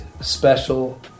special